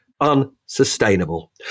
unsustainable